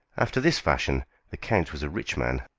after this fashion the count was a rich man.